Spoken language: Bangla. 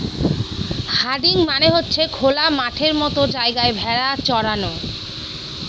হার্ডিং মানে হচ্ছে খোলা মাঠের মতো জায়গায় ভেড়া চরানো